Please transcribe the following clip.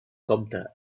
compte